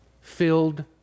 filled